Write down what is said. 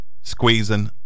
squeezing